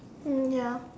mm ya